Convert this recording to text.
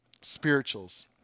Spirituals